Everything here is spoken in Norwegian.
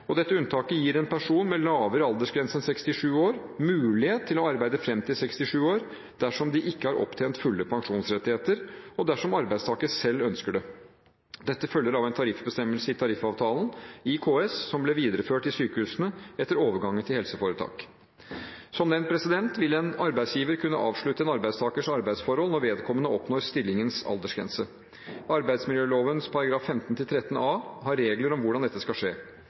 Dette unntaket gir en person med lavere aldersgrense enn 67 år, mulighet til å arbeide fram til 67 år dersom de ikke har opptjent fulle pensjonsrettigheter, og dersom arbeidstaker selv ønsker det. Dette følger av en tariffbestemmelse i tariffavtalen i KS, og som ble videreført i sykehusene etter overgangen til helseforetak. Som nevnt vil en arbeidsgiver kunne avslutte en arbeidstakers arbeidsforhold når vedkommende oppnår stillingens aldersgrense. Arbeidsmiljøloven § 15–13 a har regler om hvordan dette skal skje.